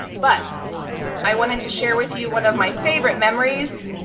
but i wanted to share with you one of my favorite memories.